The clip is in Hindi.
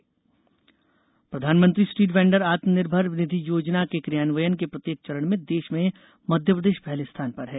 पीएम स्ट्रीट वेंडर प्रधानमंत्री स्ट्रीट वेंडर आत्मनिर्भर निधि योजना के कियान्वयन के प्रत्येक चरण में देश में मध्यप्रदेश पहले स्थान पर है